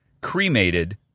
cremated